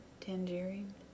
Tangerine